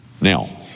Now